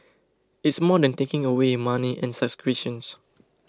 it's more than taking away money and subscriptions